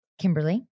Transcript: Kimberly